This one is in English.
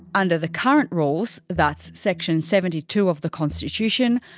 under the current rules, that's section seventy two of the constitution,